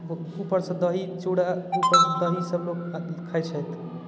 ऊपर सँ दही चूरा ऊपर सँ दही सँ लोक खाइ छथि